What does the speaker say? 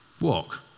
Walk